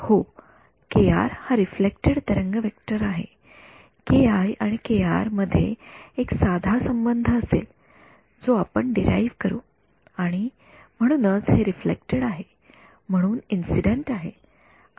विद्यार्थी हो हा रिफ्लेक्टेड तरंग वेक्टर आहे आणि मध्ये एक साधा संबंध असेल जो आपण डिराइव्ह करू आणि म्हणूनच हे रिफ्लेक्टेड आहे म्हणून इंसिडेंट आहे